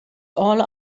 all